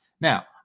Now